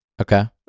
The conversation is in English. Okay